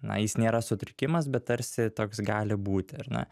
na jis nėra sutrikimas bet tarsi toks gali būti ar ne